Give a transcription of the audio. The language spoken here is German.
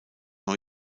neu